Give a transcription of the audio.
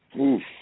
Oof